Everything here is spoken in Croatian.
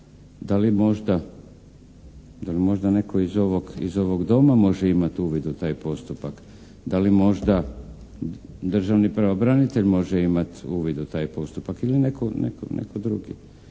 Da li možda netko iz ovog Doma možemo imati uvid u taj postupak? Da li možda državni pravobranitelj može imati uvid u taj postupak ili netko drugi?